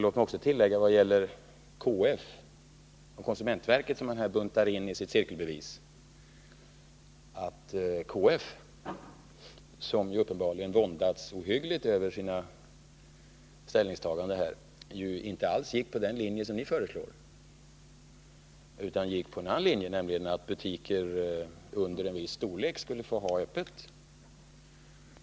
Låt mig också tillägga i vad gäller KF och konsumentverket, som man här buntar in i sitt cirkelbevis, att KF — som ju uppenbarligen våndats ohyggligt över sina ställningstaganden härvidlag — inte alls gick på den linje som ni socialdemokrater föreslår utan på en annan linje. Man menar nämligen att butiker under en viss storlek skall få ha öppet.